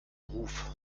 ruf